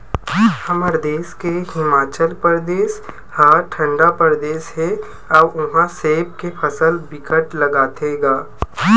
हमर देस के हिमाचल परदेस ह ठंडा परदेस हे अउ उहा सेब के फसल बिकट लगाथे गा